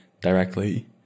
directly